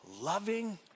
loving